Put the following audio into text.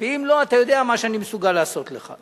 ואם לא, אתה יודע מה שאני מסוגל לעשות לך.